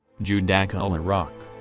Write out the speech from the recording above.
judaculla rock.